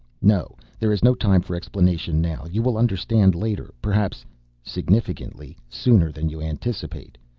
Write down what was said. no, there is no time for explanation now you will understand later. perhaps significantly sooner than you anticipate.